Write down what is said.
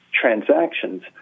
transactions